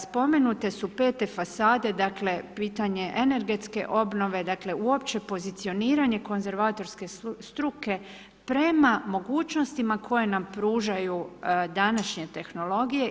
Spomenute su 5. fasade dakle pitanje energetske obnove, dakle uopće pozicioniranje konzervatorske struke prema mogućnostima koje nam pružaju današnje tehnologije.